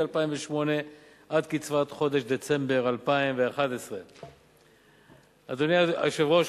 2008 עד קצבת חודש דצמבר 2011. אדוני היושב-ראש,